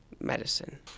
medicine